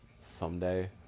someday